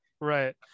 Right